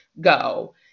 go